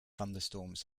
thunderstorms